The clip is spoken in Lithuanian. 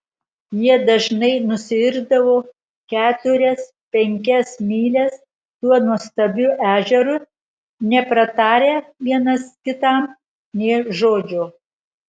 jie dažnai nusiirdavo keturias penkias mylias tuo nuostabiu ežeru nepratarę vienas kitam nė žodžio